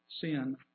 sin